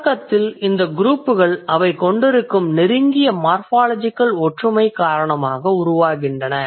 தொடக்கத்தில் இந்த குரூப்கள் அவை கொண்டிருக்கும் நெருங்கிய மார்ஃபாலஜிகல் ஒற்றுமை காரணமாக உருவாகின்றன